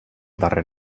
darrer